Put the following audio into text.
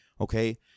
okay